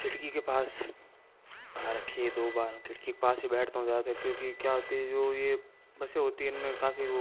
खिड़की के पास आ रखी है दो बार खिड़की के पास ही बैठता हूँ ज़्यादातर क्योंकि क्या होती है जो ये बसें होती हैं इनमें काफ़ी वो